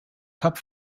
cup